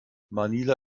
manila